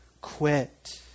quit